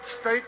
state